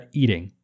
eating